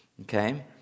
okay